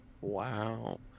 Wow